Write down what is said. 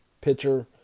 pitcher